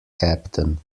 captain